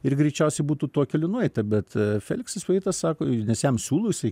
ir greičiausiai būtų tuo keliu nueita bet feliksas vaitas sako nes jam siūlosi